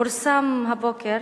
פורסם הבוקר,